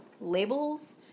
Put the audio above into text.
Labels